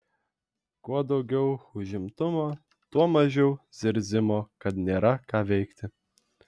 kuo daugiau užimtumo tuo mažiau zirzimo kad nėra ką veikti